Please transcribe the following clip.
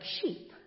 sheep